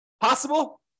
Possible